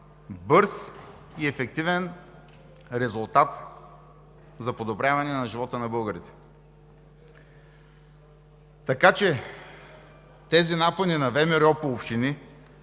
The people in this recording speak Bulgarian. бърз и ефективен резултат за подобряване на живота на българите. Така че тези напъни на ВМРО по общини